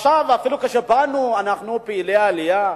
אפילו כשבאנו, אנחנו, פעילי העלייה,